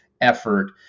effort